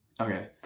Okay